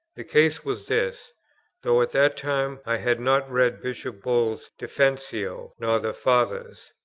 the case was this though at that time i had not read bishop bull's defensio nor the fathers,